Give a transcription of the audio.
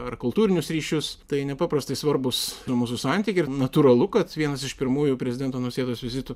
ar kultūrinius ryšius tai nepaprastai svarbūs mūsų santykiai ir natūralu kad vienas iš pirmųjų prezidento nausėdos vizitų